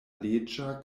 leĝa